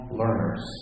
learners